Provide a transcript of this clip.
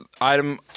item